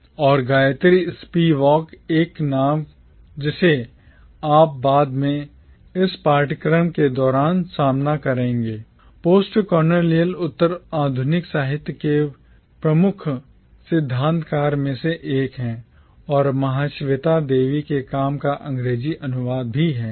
और Gayatri Spivak Gayatri Spivak एक नाम जिसे आप बाद में इस पाठ्यक्रम के दौरान सामना करेंगे postcolonial उत्तर आधुनिक साहित्य के प्रमुख सिद्धांतकार में से एक है और महाश्वेता देवी के काम का अंग्रेजी अनुवादक भी है